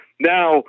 Now